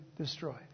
destroyed